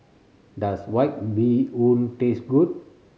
does White Bee Hoon taste good